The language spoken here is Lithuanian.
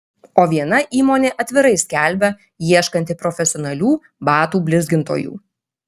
o viena įmonė atvirai skelbia ieškanti profesionalių batų blizgintojų